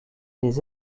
les